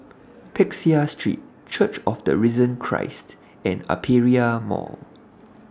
Peck Seah Street Church of The Risen Christ and Aperia Mall